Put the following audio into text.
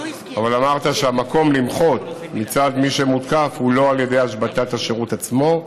אבל אמרת שהדרך למחות מצד מי שמותקף הוא לא על ידי השבתת השירות עצמו.